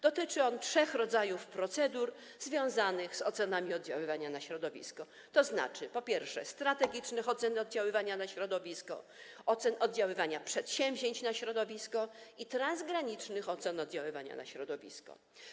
Dotyczy on trzech rodzajów procedur związanych z ocenami oddziaływania na środowisko, tzn. po pierwsze, strategicznych ocen oddziaływania na środowisko, po drugie, ocen oddziaływania przedsięwzięć na środowisko, i po trzecie, transgranicznych ocen oddziaływania na środowisko.